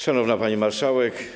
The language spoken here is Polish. Szanowna Pani Marszałek!